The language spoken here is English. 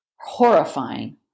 horrifying